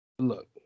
Look